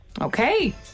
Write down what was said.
Okay